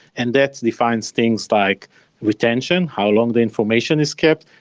and that defines things like retention, how long the information is kept,